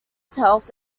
heath